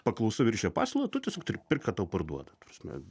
paklausa viršija pasiūlą tu tiesiog turi pirkt ką tau parduoda ta prasme